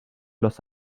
los